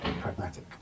pragmatic